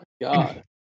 god